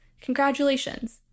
congratulations